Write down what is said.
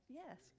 yes